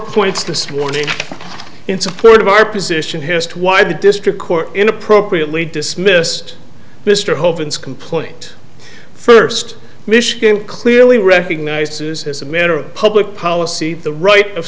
points this morning in support of our position hissed why the district court in appropriately dismissed mr hope and complaint first michigan clearly recognizes as a matter of public policy the right of